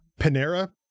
Panera